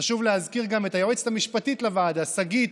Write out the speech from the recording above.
חשוב להזכיר גם את היועצת המשפטית לוועדה, שגית,